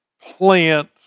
plant